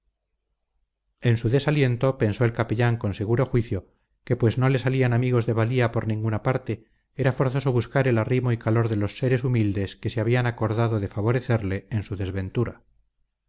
en su desaliento pensó el capellán con seguro juicio que pues no le salían amigos de valía por ninguna parte era forzoso buscar el arrimo y calor de los seres humildes que se habían acordado de favorecerle en su desventura